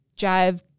Jive